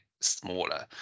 smaller